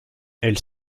elle